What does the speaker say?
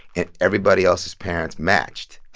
and everybody else's parents matched.